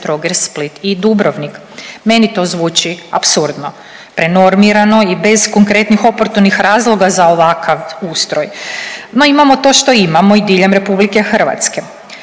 Trogir, Split i Dubrovnik. Meni to zvuči apsurdno, prenormirano i bez konkretnih oportunih razloga za ovakav ustroj, no imamo to što imamo i diljem RH.